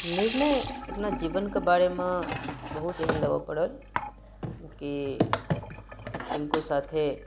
निर्णय अपना जीवनके बारेमे बहुत एहन लेबऽ पड़ल कि किनको साथे